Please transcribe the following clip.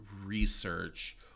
research